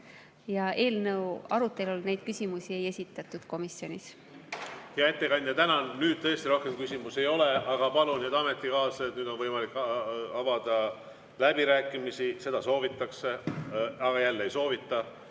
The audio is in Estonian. Ja eelnõu arutelul neid küsimusi ei esitatud komisjonis. Hea ettekandja, tänan! Nüüd tõesti rohkem küsimusi ei ole. Aga palun, head ametikaaslased, nüüd on võimalik avada läbirääkimisi. Seda soovitakse. Aga jälle ei soovita.